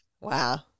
Wow